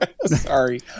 Sorry